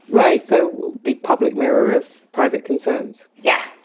right, so the public mirror of private concerns? yeah,